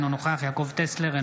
אינו נוכח יעקב טסלר,